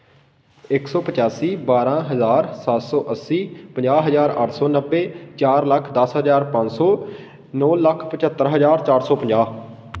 ਇੱਕ ਸੌ ਪਚਾਸੀ ਬਾਰ੍ਹਾਂ ਹਜ਼ਾਰ ਸੱਤ ਸੌ ਅੱਸੀ ਪੰਜਾਹ ਹਜ਼ਾਰ ਅੱਠ ਸੌ ਨੱਬੇ ਚਾਰ ਲੱਖ ਦਸ ਹਜ਼ਾਰ ਪੰਜ ਸੌ ਨੌ ਲੱਖ ਪਝੱਤਰ ਹਜ਼ਾਰ ਚਾਰ ਸੌ ਪੰਜਾਹ